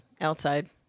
outside